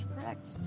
correct